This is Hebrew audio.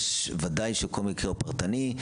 יש, וודאי שכל מקרה הוא פרטני.